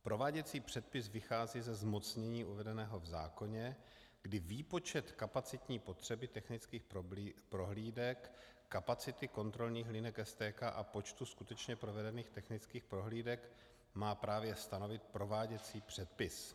Prováděcí předpis vychází ze zmocnění uvedeného v zákoně, kdy výpočet kapacitní potřeby technických prohlídek, kapacity kontrolních linek STK a počtu skutečně provedených technických prohlídek má právě stanovit prováděcí předpis.